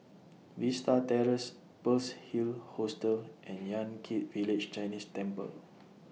Vista Terrace Pearl's Hill Hostel and Yan Kit Village Chinese Temple